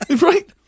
Right